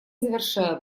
завершаю